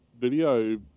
video